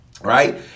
Right